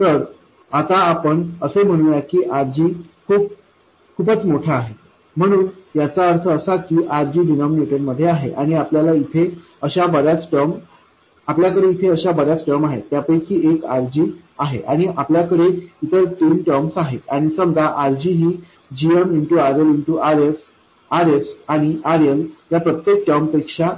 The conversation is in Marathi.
तर आता आपण असे म्हणूया की RG खूप खूपच मोठा आहे म्हणून याचा अर्थ असा की RG डिनामनेटर मध्ये आहे आणि आपल्याकडे इथे अशा बऱ्याच टर्म आहेत त्यापैकी एक RG आहे आणि आपल्याकडे इतर तीन टर्म आहेत आणि समजा RG ही gm RLRs Rs आणि RL या प्रत्येक टर्मपेक्षा